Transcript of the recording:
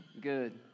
Good